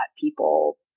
people